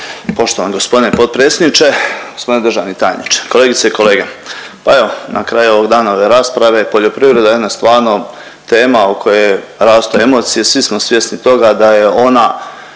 Poštovani gospodine potpredsjedniče, gospodine državni tajniče, kolegice i kolege, pa evo na kraju ovog dana, ove rasprave poljoprivreda je jedna stvarno tema u kojoj rastu emocije, svi smo svjesni toga da je ona